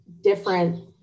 different